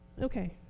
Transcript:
Okay